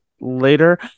later